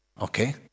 Okay